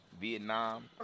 Vietnam